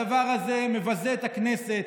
הדבר הזה מבזה את הכנסת,